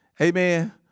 Amen